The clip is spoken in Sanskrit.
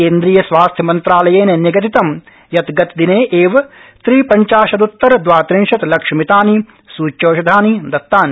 केन्द्रियस्वास्थ्यमन्त्रालयेन निगदितं यत् गतदिने एव त्रिपंचाशदृत्तर द्वात्रिंशत् लक्षमितानि सूच्यौषधानि दत्तानि